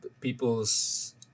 people's